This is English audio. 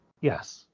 Yes